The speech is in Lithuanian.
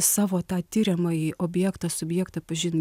savo tą tiriamąjį objektą subjektą pažint